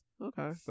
Okay